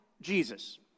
Jesus